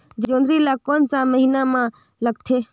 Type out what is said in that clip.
जोंदरी ला कोन सा महीन मां लगथे?